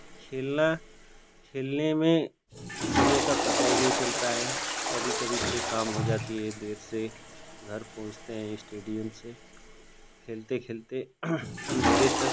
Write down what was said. खेलना खेलने में समय का पता ही नहीं चलता है कभी कभी तो शाम हो जाती है देर से घर पहुँचते हैं स्टेडियम से खेलते खेलते अंधेरे तक